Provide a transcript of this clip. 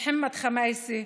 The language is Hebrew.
מוחמד ח'מאיסה,